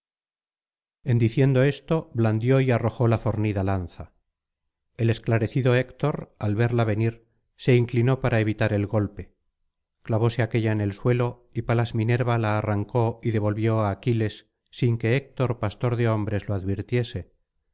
en diciendo esto blandió y arrojó la fornida lanza el esclarecido héctor al verla venir se inclinó para evitar el golpe clavóse aquélla en el suelo y palas minerva la arrancó y devolvió á aquiles sin que héctor pastor de hombres lo advirtiese